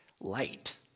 light